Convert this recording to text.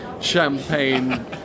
champagne